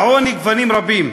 לעוני גוונים רבים,